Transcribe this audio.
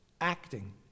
acting